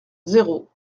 zéro